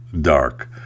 dark